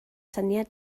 syniad